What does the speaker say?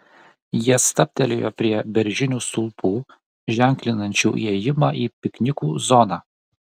jie stabtelėjo prie beržinių stulpų ženklinančių įėjimą į piknikų zoną